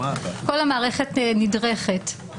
כל המערכת נדרכת.